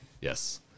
yes